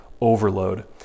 overload